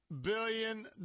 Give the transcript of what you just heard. billion